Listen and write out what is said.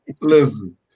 Listen